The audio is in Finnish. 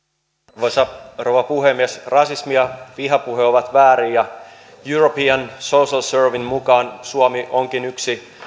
arvoisa rouva puhemies rasismi ja vihapuhe ovat väärin ja european social surveyn mukaan suomi onkin yksi